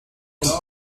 and